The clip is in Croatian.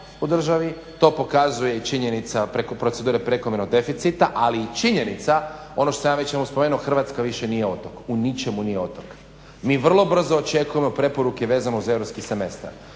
u državi, to pokazuje činjenica procedura prekomjernog deficita, ali i činjenica ono što sam ja već jednom spomenuo Hrvatska više nije otok u ničemu nije otok. Mi vrlo brzo očekujemo preporuke vezano uz europski semestar